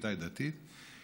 מדי דתית,